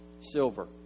silver